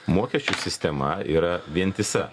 mokesčių sistema yra vientisa